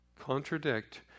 contradict